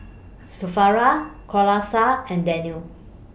Syafaqah Qalasha and Daniel